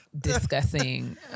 discussing